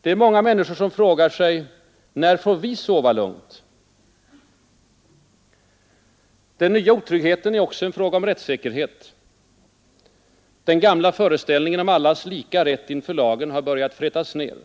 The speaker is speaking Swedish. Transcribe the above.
Det är många människor som frågar sig: När får vi sova lugnt? Den nya otryggheten är också en fråga om rättssäkerhet. Den gamla föreställningen om allas lika rätt inför lagen har börjat frätas ned.